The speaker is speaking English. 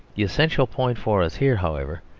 essential point for us here, however,